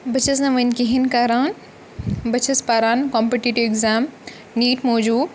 بہٕ چھَس نہٕ وٕنہِ کِہیٖنۍ کَران بہٕ چھَس پَران کَمپِٹِٹِو اٮ۪گزام نیٖٹ موٗجوٗب